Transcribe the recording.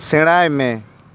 ᱥᱮᱸᱬᱟᱭ ᱢᱮ